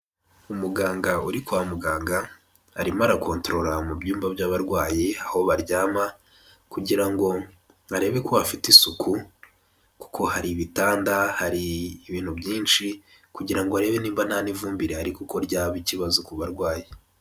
Umuganga uri kwa muganga arimo arakontorora mu byumba by'abarwayi aho baryama kugira ngo arebe ko hafite isuku kuko hari ibitanda, hari ibintu byinshi kugira ngo arebe nimba nta n'ivumbi rihari kuko ryaba ikibazo ku barwayi.